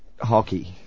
hockey